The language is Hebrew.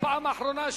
פעם אחרונה,